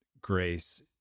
grace